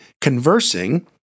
conversing